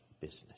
business